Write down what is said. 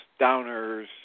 downers